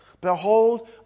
Behold